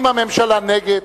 אם הממשלה נגד,